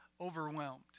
overwhelmed